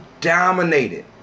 dominated